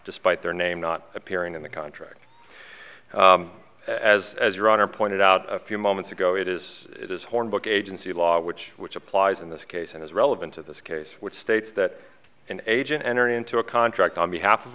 despite their name not appearing in the contract as as your honor pointed out a few moments ago it is his hornbook agency law which which applies in this case and is relevant to this case which states that an agent entering into a contract on behalf of